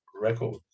record